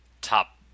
top